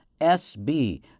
sb